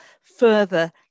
further